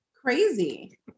crazy